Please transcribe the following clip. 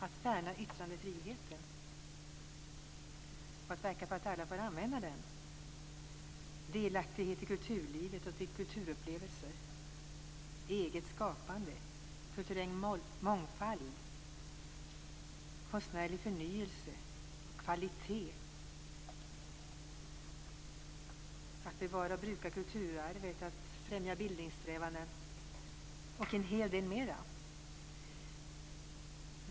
Att värna yttrandefriheten och att verka för att alla får använda den; delaktighet i kulturlivet och kulturupplevelser; eget skapande; kulturell mångfald; konstnärlig förnyelse och kvalitet; att bevara och bruka kulturarvet; att främja bildningssträvanden, och en hel del mera.